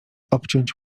obciąć